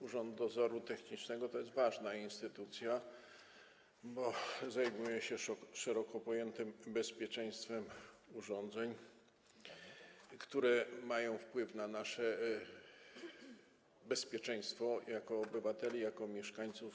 Urząd Dozoru Technicznego to jest ważna instytucja, bo zajmuje się szeroko pojętym bezpieczeństwem urządzeń, które mają wpływ na nasze szeroko pojęte bezpieczeństwo jako obywateli, jako mieszkańców.